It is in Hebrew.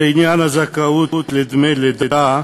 שלעניין הזכאות לדמי לידה,